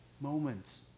Moments